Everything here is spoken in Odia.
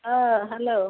ହଁ ହ୍ୟାଲୋ